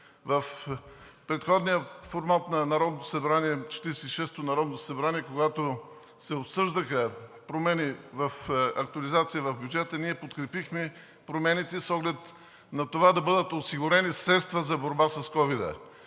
В предходния формат на Народното събрание – Четиридесет и шестото народно събрание, когато се обсъждаха промени в актуализацията в бюджета, ние подкрепихме промените с оглед на това да бъдат осигурени средства за борба с ковида.